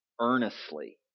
earnestly